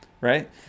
right